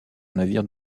navires